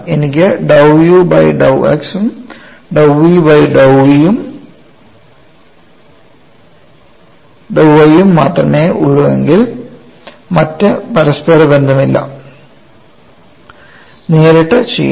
എനിക്ക് dou u by dou x ഉം dou v by dou y ഉം മാത്രമേ ഉള്ളൂവെങ്കിൽ മറ്റ് പരസ്പര ബന്ധമില്ല നേരിട്ട് ചെയ്യാം